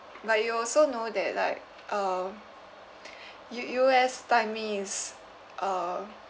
like you also know that like um U U_S timing is uh